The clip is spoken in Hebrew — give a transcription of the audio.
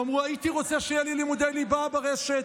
ואמרו: הייתי רוצה שיהיו לי לימודי ליבה ברשת,